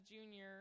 junior